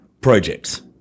projects